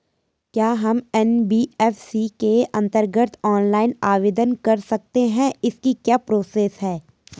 क्या हम एन.बी.एफ.सी के अन्तर्गत ऑनलाइन आवेदन कर सकते हैं इसकी क्या प्रोसेस है?